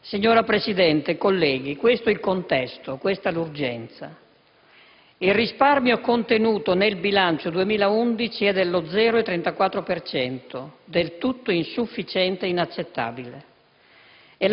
Signora Presidente, colleghi, questo è il contesto, questa l'urgenza. Il risparmio contenuto nel bilancio 2011 è dello 0,34 per cento: del tutto insufficiente e inaccettabile,